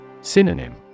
Synonym